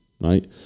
right